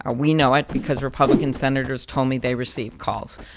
ah we know it because republican senators told me they received calls.